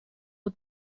het